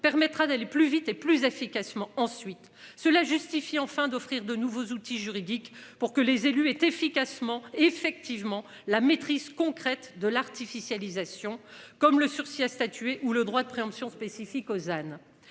permettra d'aller plus vite et plus efficacement. Ensuite cela justifie enfin d'offrir de nouveaux outils juridiques pour que les élus est efficacement effectivement la maîtrise concrète de l'artificialisation comme le sursis à statuer ou le droit de préemption spécifique Ozanne.